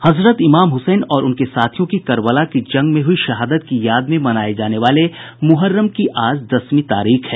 हजरत इमाम हुसैन और उनके साथियों की करबला की जंग में हुई शहादत की याद में मनाये जाने वाले मुहर्रम की आज दसवीं तारीख है